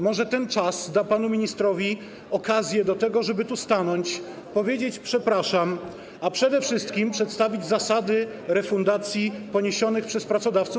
Może ten czas da panu ministrowi okazję do tego, żeby tu stanąć, powiedzieć: przepraszam, a przede wszystkim przedstawić zasady refundacji kosztów poniesionych przez pracodawców.